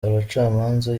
abacamanza